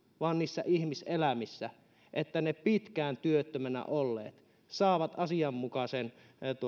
vaan niissä ihmiselämissä että ne pitkään työttömänä olleet saavat asianmukaisen